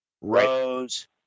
Rose